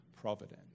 Providence